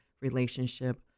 relationship